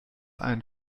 einen